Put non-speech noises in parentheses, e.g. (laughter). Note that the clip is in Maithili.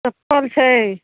(unintelligible) छै